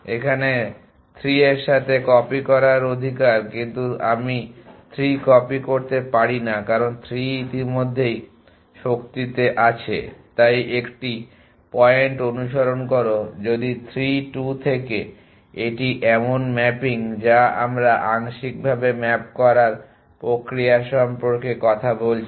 এখানে 3 এর সাথে কপি করার অধিকার কিন্তু আমি 3 কপি করতে পারি না কারণ 3 ইতিমধ্যেই শক্তিতে আছে তাই একটি পয়েন্ট অনুসরণ করো যদি 3 2 থেকে এটি এমন ম্যাপিং যা আমরা আংশিকভাবে ম্যাপ করা প্রক্রিয়া সম্পর্কে কথা বলছি